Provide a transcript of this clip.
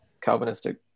Calvinistic